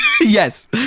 Yes